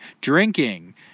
drinking